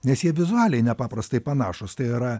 nes jie vizualiai nepaprastai panašūs tai yra